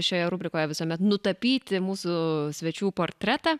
šioje rubrikoje visuomet nutapyti mūsų svečių portretą